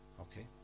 Okay